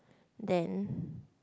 then